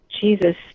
jesus